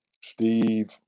Steve